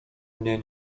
mnie